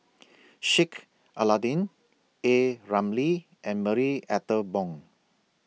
Sheik Alau'ddin A Ramli and Marie Ethel Bong